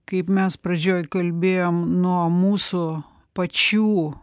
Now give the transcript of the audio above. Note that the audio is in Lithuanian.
kaip mes pradžioj kalbėjom nuo mūsų pačių